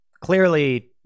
clearly